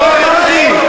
לא אמרתי,